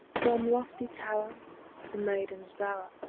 from lofty tower to maiden's bower,